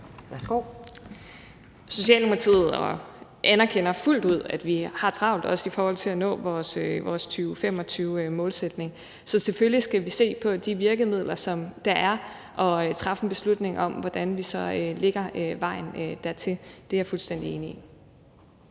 (S): Socialdemokratiet anerkender fuldt ud, at vi har travlt, også i forhold til at nå vores 2025-målsætning, så selvfølgelig skal vi se på de virkemidler, som der er, og træffe en beslutning om, hvordan vi så lægger vejen dertil. Det er jeg fuldstændig enig i.